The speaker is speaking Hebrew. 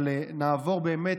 אבל נעבור באמת,